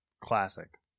classic